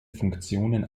funktionen